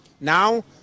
Now